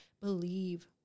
believe